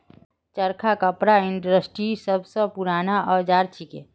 चरखा कपड़ा इंडस्ट्रीर सब स पूराना औजार छिके